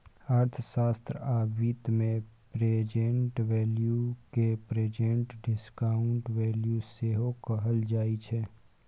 अर्थशास्त्र आ बित्त मे प्रेजेंट वैल्यू केँ प्रेजेंट डिसकांउटेड वैल्यू सेहो कहल जाइ छै